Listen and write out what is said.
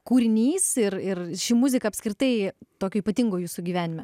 kūrinys ir ir ši muzika apskritai tokio ypatingo jūsų gyvenime